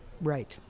Right